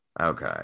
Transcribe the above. okay